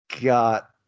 got